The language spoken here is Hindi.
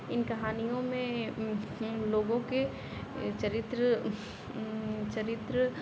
इन कहानियों में इन लोगों के चरित्र चरित्र